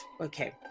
okay